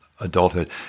adulthood